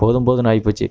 போதும் போதும்னு ஆகிப்போச்சு